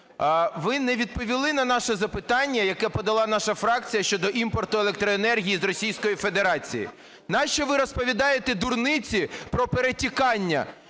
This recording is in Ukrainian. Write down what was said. Ви не відповіли на наше запитання, яке подала наша фракція щодо імпорту електроенергії з Російської Федерації. Нащо ви розповідаєте дурниці про перетікання?